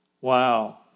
Wow